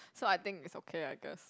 so I think it's okay I guess